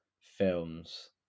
films